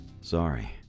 Sorry